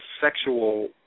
sexual